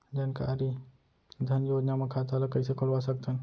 जानकारी धन योजना म खाता ल कइसे खोलवा सकथन?